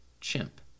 chimp